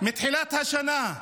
מתחילת השנה.